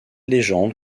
légende